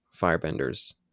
firebenders